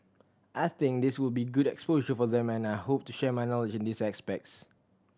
I think this will be good exposure for them and I hope to share my knowledge in these aspects